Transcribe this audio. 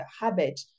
habit